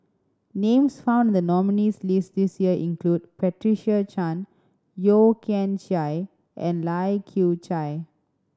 names found in the nominees' list this year include Patricia Chan Yeo Kian Chye and Lai Kew Chai